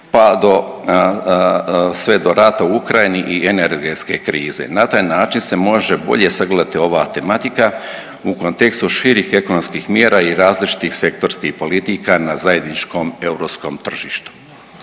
do sve do rata u Ukrajini i energetske krize. Na taj način se može bolje sagledati ova tematika u kontekstu širih ekonomskih mjera i različitih sektorskih politika na zajedničkom europskom tržištu.